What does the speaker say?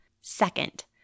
Second